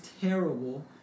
terrible